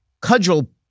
cudgel